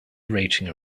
rating